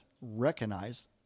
recognize